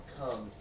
come